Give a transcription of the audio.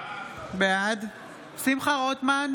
בעד שמחה רוטמן,